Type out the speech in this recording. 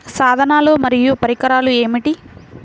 సాధనాలు మరియు పరికరాలు ఏమిటీ?